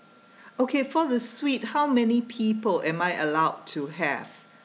okay for the suite how many people am I allowed to have